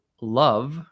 love